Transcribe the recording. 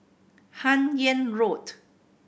Hun Yeang Road